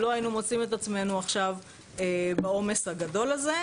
לא היינו מוצאים את עצמנו עכשיו בעומס הגדול הזה.